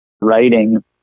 writing